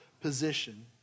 position